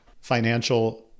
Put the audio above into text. financial